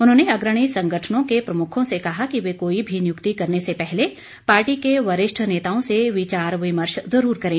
उन्होंने अग्रणी संगठनों कें प्रमुखों से कहा कि वे कोई भी नियुक्ति करने से पहले पार्टी के वरिष्ठ नेताओं से विचार विर्मश जरूर करें